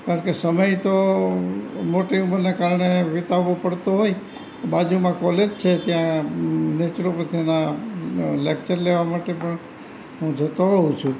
કારણ કે સમય તો મોટી ઉંમરના કારણે વિતાવવો પડતો હોય બાજુમાં કોલેજ છે ત્યાં નેચરોપથીના લેકચર લેવા માટે પણ હું જતો હોઉં છું